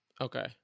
Okay